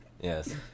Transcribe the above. yes